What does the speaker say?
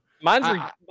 Mine's